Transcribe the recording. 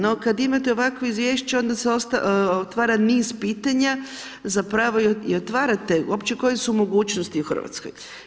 No, kad imate ovakvo Izvješće onda se otvara niz pitanja, zapravo i otvarate, uopće koje su mogućnosti u Hrvatskoj.